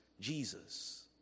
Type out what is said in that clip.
Jesus